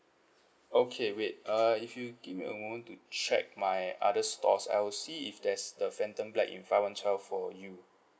okay wait err if you give me a moment to check my other stores I will see if there's the phantom black in five one twelve for you